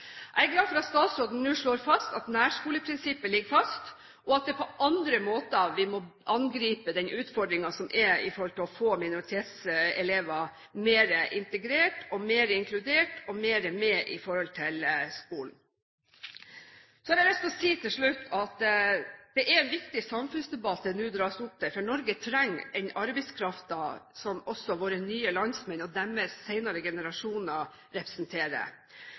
Jeg er glad for at statsråden nå slår fast at nærskoleprinsippet ligger fast, og at det er på andre måter vi må angripe den utfordringen som ligger i å få minoritetselever mer integrert og mer inkludert og mer med i skolen. Så har jeg lyst til å si til slutt at det er en viktig samfunnsdebatt det nå dras opp til, for Norge trenger den arbeidskraften som også våre nye landsmenn og deres senere generasjoner representerer.